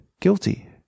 guilty